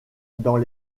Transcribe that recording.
dans